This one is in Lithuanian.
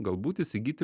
galbūt įsigyti